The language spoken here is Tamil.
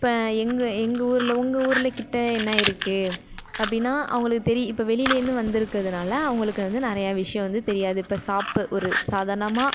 இப்போ எங்கள் எங்கள் ஊரில் உங்கள் ஊரில் கிட்ட என்ன இருக்குது அப்படினா அவங்களுக்கு தெரி இப்போ வெளிலேருந்து வந்திருக்குறதனால அவங்களுக்கு வந்து நிறையா விஷயம் வந்து தெரியாது இப்போ சாப்பு ஒரு சாதாரணமாக